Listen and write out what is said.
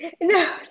No